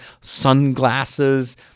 sunglasses